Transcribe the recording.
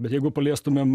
bet jeigu paliestumėm